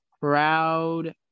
Proud